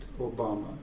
Obama